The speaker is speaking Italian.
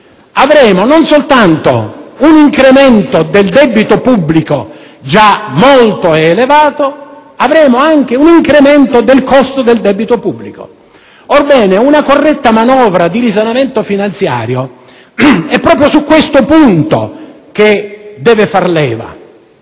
Avremo non soltanto un incremento del debito pubblico, già molto elevato, ma anche un incremento del costo del debito pubblico. Orbene, una corretta manovra di risanamento finanziario è proprio su questo punto che deve far leva.